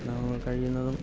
നമ്മൾ കഴിയുന്നതും